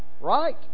Right